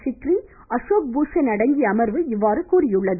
சிக்ரி அசோக் பூஷன் அடங்கிய அமர்வு இவ்வாறு கூறியுள்ளது